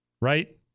Right